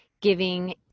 giving